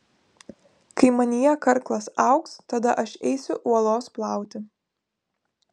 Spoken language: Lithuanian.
kai manyje karklas augs tada aš eisiu uolos plauti